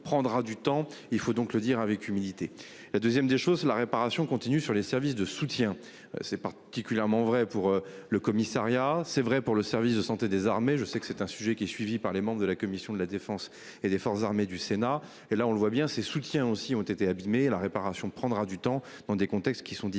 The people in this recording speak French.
il faut donc le dire avec humilité. La 2ème des choses la réparation continue sur les services de soutien. C'est particulièrement vrai pour le commissariat. C'est vrai pour le service de santé des armées. Je sais que c'est un sujet qui est suivi par les membres de la commission de la Défense et des forces armées du Sénat et là on le voit bien ses soutiens aussi ont été abîmé la réparation prendra du temps dans des contextes qui sont difficiles,